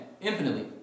infinitely